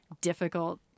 difficult